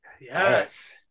Yes